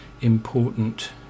important